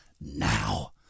now